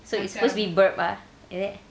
so it's supposed to be burp ah is it